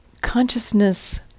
consciousness